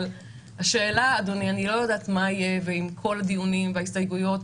אני לא יודעת מה יהיה עם כל הדיונים וההסתייגויות,